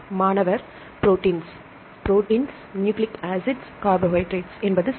மாணவர் ப்ரோடீன்ஸ் ப்ரோடீன்கள் நியூக்ளிக் ஆசிட்கள் கார்போஹைட்ரேட்டுகள் என்பது சரி